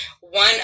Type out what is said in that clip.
one